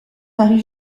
marie